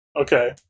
Okay